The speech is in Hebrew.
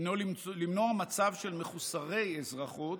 הוא למנוע מצב של מחוסרי אזרחות.